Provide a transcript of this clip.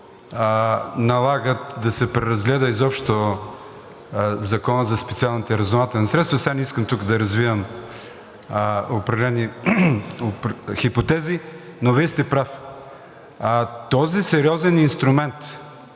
налагат да се преразгледа изобщо Законът за специалните разузнавателни средства. Сега не искам тука да развивам определени хипотези, но Вие сте прав. Този сериозен инструмент